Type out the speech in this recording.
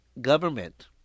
government